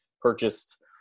purchased